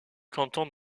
canton